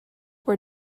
were